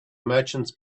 merchants